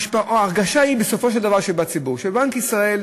ההרגשה בציבור היא, בסופו של דבר, שבנק ישראל,